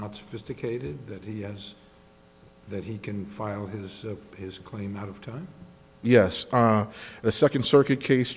not sophisticated that he has that he can file his his claim out of time yes the second circuit case